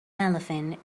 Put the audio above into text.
elephant